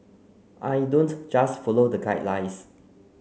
I don't just follow the guidelines